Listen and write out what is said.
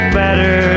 better